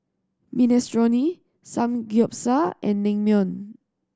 Minestrone Samgeyopsal and Naengmyeon